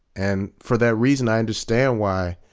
and for that reason, i understand why